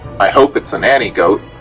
i hope it's a nanny goat.